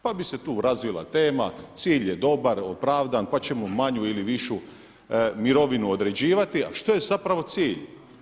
Pa bi se tu razvila tema, cilj je dobar, opravdan, pa ćemo manju ili višu mirovinu određivati ali što je zapravo cilj?